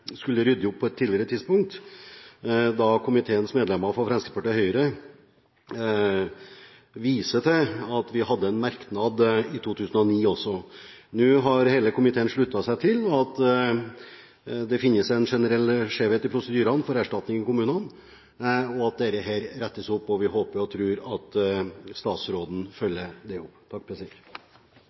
skulle rydde opp i på et tidligere tidspunkt, og komiteens medlemmer fra Fremskrittspartiet og Høyre viser til at vi hadde en merknad i 2009 også. Nå har hele komiteen sluttet seg til at det finnes en generell skjevhet i prosedyrene for erstatning i kommunene, og at dette rettes opp. Vi håper og tror at statsråden følger det opp.